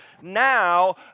Now